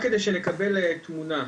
רק כדי שנקבל תמונה.